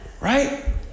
right